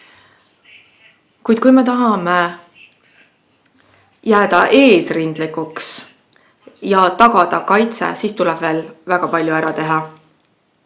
Kuid kui me tahame jääda eesrindlikuks ja tagada kaitse, siis tuleb veel väga palju ära teha.